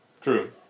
True